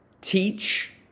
teach